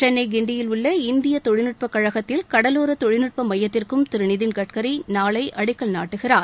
சென்னையில் கிண்டியில் உள்ள இந்திய தொழில்நுட்பக் கழகத்தில் கடலோர தொழில்நுட்ப மையத்திற்கும் திரு நிதின் கட்கரி நாளை அடிக்கல் நாட்டுகிறார்